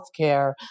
healthcare